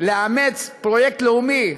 לאמץ פרויקט לאומי.